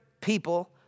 people